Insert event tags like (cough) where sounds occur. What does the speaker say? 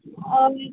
(unintelligible)